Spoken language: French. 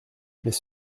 mais